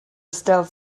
stealth